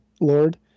Lord